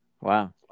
Wow